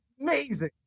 amazing